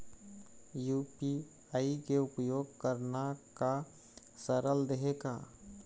UPI के उपयोग करना का सरल देहें का?